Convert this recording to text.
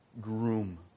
groom